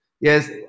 Yes